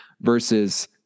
versus